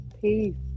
peace